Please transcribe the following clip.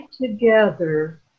together